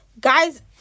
guys